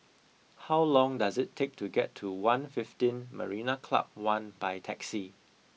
how long does it take to get to One fifteen Marina Club One by taxi